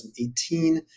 2018